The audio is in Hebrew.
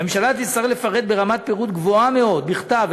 הממשלה תצטרך לפרט ברמת פירוט גבוהה מאוד בכתב,